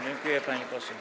Dziękuję, pani poseł.